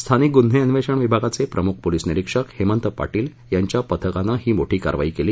स्थानिक गुन्हे अन्वेषण शाखेचे प्रमुख पोलिस निरीक्षक हेमत पाटील यांच्या पथकाने ही मोठी कारवाई केली